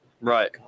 Right